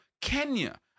Kenya